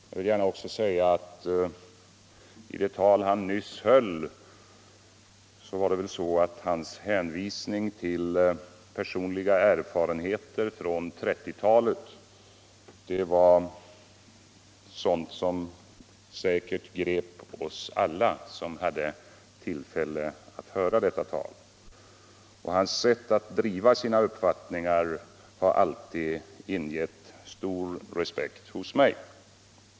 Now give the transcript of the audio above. Jag vill gärna också säga att i det tal han nyss höll var hans hänvisning till personliga erfarenheter från 1930-talet av sådant slag som säkert grep oss alla som hade tillfälle att höra honom. Hans sätt att driva sina uppfattningar har alltid ingett stor respekt hos mig.